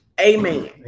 Amen